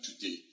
today